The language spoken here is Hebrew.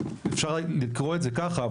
אפשר לקרוא את זה ככה,